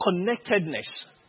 connectedness